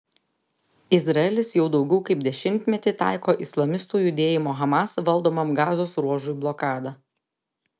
izraelis jau daugiau kaip dešimtmetį taiko islamistų judėjimo hamas valdomam gazos ruožui blokadą